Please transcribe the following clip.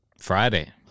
Friday